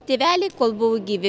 tėveliai kol buvo gyvi